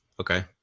Okay